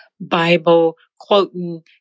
Bible-quoting